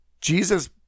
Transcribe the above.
Jesus